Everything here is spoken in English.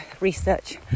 research